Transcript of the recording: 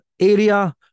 Area